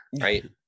right